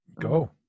Go